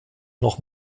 noch